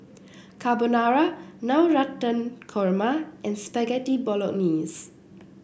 Carbonara Navratan Korma and Spaghetti Bolognese